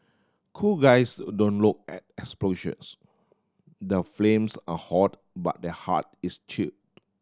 cool guys don't low at explosions the flames are hot but their heart is chilled